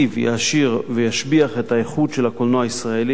יעשיר וישבח את האיכות של הקולנוע הישראלי,